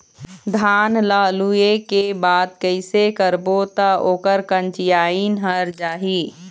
धान ला लुए के बाद कइसे करबो त ओकर कंचीयायिन हर जाही?